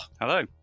Hello